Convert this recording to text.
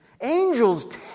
Angels